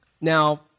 Now